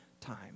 time